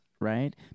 right